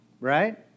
right